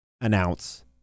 announce